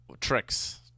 Tricks